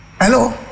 Hello